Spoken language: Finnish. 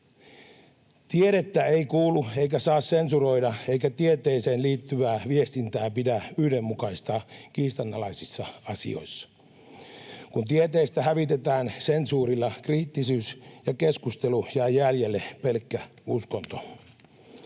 Tiedettä ei kuulu eikä saa sensuroida, eikä tieteeseen liittyvää viestintää pidä yhdenmukaistaa kiis-tanalaisissa asioissa. Kun tieteestä hävitetään sensuurilla kriittisyys ja keskustelu, jää jäljelle pelkkä uskonto.